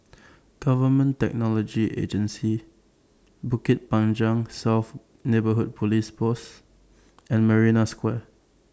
Government Technology Agency Bukit Panjang South Neighbourhood Police Post and Marina Square